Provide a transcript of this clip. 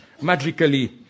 magically